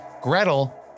Gretel